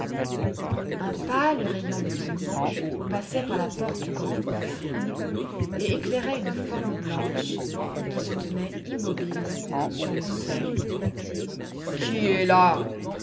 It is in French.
un pâle rayon de lune passait par la porte grande ouverte et éclairait une forme blanche qui se tenait immobile sur le seuil qui est là